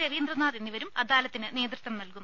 രവീന്ദ്രനാഥ് എന്നിവരും അദാലത്തിന് നേതൃത്വം നൽകും